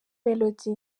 melody